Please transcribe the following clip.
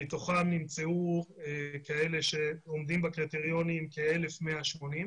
מתוכם נמצאו כאלה שעומדים בקריטריונים כ-1,180.